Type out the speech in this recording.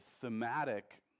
thematic